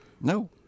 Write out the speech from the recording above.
No